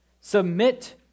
Submit